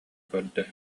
көрдө